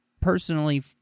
personally